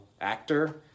actor